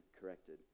corrected